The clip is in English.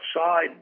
outside